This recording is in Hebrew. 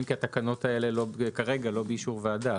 כי התקנות האלה כרגע לא באישור ועדה.